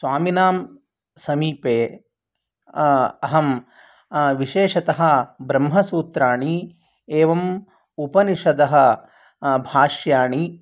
स्वामिनां समीपे अहं विशेषतः ब्रह्मसूत्राणि एवम् उपनिषदः भाष्याणि